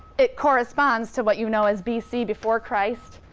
it corresponds to what you know as bc, before christ,